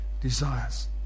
desires